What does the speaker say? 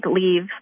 leave